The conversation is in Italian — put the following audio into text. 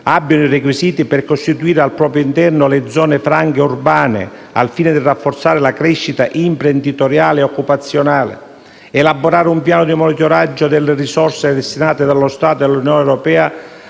abbiano i requisiti per costituire al proprio interno le zone franche urbane, al fine di rafforzare la crescita imprenditoriale e occupazionale; elaborare un piano di monitoraggio delle risorse destinate dallo Stato e dall'Unione europea